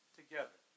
together